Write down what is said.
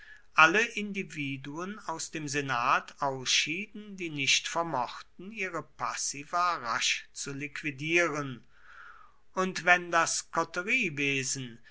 alle individuen aus dem senat ausschieden die nicht vermochten ihre passiva rasch zu liquidieren und wenn das